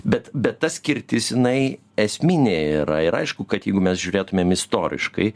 bet bet ta skirtis jinai esminė yra ir aišku kad jeigu mes žiūrėtumėm istoriškai